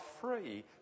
free